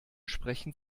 sprechen